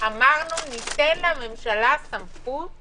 אמרנו שניתן לממשלה סמכות